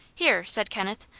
here, said kenneth,